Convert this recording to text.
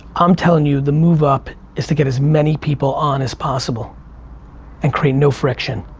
i'm telling you the move up is to get as many people on as possible and create no friction.